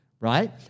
right